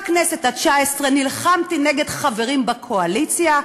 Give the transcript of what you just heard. בכנסת התשע-עשרה נלחמתי נגד חברים בקואליציה,